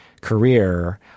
career